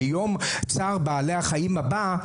ביום צער בעלי החיים הבא,